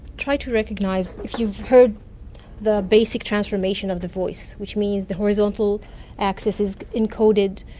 try to recognise. if you've heard the basic transformation of the voice, which means the horizontal axis is encoded,